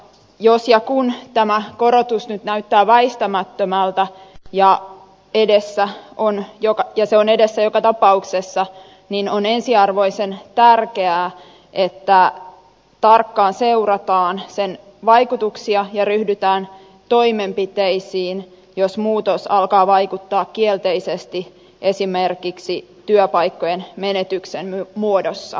jos ja kun tämä korotus nyt näyttää väistämättömältä ja se on edessä joka tapauksessa on ensiarvoisen tärkeää että sen vaikutuksia seurataan tarkkaan ja ryhdytään toimenpiteisiin jos muutos alkaa vaikuttaa kielteisesti esimerkiksi työpaikkojen menetyksen muodossa